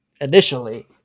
initially